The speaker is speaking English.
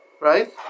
right